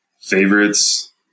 favorites